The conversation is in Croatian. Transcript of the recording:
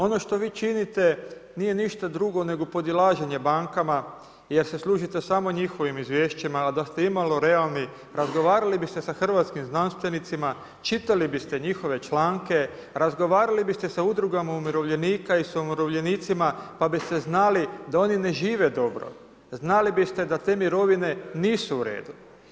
Ono što vi činite nije ništa drugo nego podilaženje bankama jer se služite samo njihovim izvješćima a da ste imalo realni razgovarali biste sa hrvatskim znanstvenicima, čitali biste njihove članke, razgovarali biste sa udrugama umirovljenika i sa umirovljenicima pa biste znali da oni ne žive dobro, znali biste te mirovine nisu u redu.